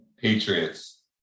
Patriots